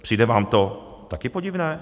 Přijde vám to taky podivné?